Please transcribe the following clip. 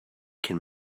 can